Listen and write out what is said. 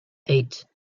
eight